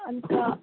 अन्त